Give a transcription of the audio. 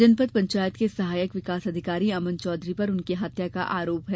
जनपद पंचायत के सहायक विकास अधिकारी अमन चौधरी पर उनकी हत्या का आरोप है